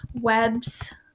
webs